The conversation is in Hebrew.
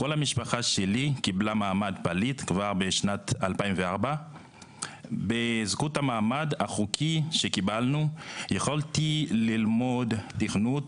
כל המשפחה שלי קיבלה מעמד של פליט כבר בשנת 2004. בזכות המעמד החוקי שקיבלנו יכולתי ללמוד תכנות